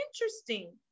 interesting